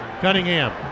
Cunningham